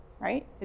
Right